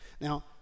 Now